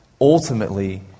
ultimately